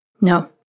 No